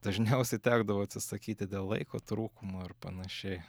dažniausiai tekdavo atsisakyti dėl laiko trūkumo ir panašiai